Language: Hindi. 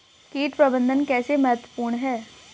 कीट प्रबंधन कैसे महत्वपूर्ण है?